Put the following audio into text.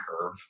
curve